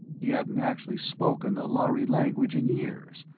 he hadn't actually spoken the lhari language in years,